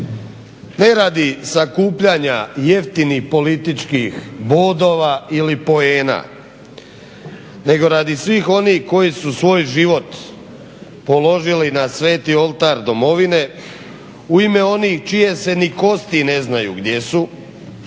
ne radi sakupljanja jeftinih političkih bodova ili poena nego radi svih onih koji su svoj život položili na sveti oltar domovine, u ime onih čije se ni kosti ne znaju gdje su,